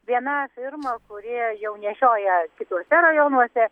viena firma kurie jau nešioja kituose rajonuose